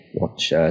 watch